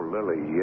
Lily